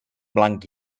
blanc